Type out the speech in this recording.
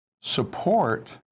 support